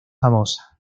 famosa